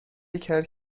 کرد